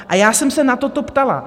A já jsem se na toto ptala.